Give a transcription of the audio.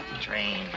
train